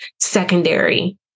secondary